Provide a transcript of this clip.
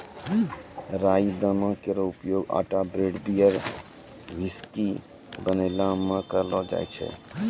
राई दाना केरो उपयोग आटा ब्रेड, बियर, व्हिस्की बनैला म करलो जाय छै